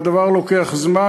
והדבר לוקח זמן,